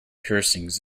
piercings